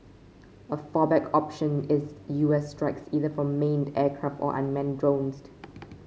a fallback option is U S strikes either from manned aircraft or unmanned drones